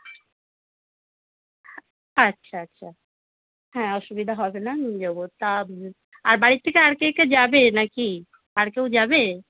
আচ্ছা আচ্ছা হ্যাঁ অসুবিধা হবে না নিয়ে যাবো তা আর বাড়ির থেকে আর কে কে যাবে না কি আর কেউ যাবে